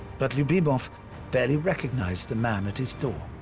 but lyubimov barely recognized the man at his door.